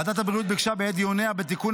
ועדת הבריאות ביקשה בעת דיוניה בתיקון